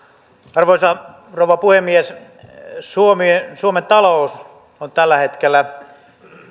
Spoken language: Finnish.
arvoisa rouva puhemies suomi suomen talous on tällä hetkellä